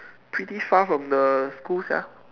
pretty far from the school sia